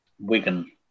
Wigan